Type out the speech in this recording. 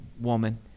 woman